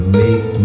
make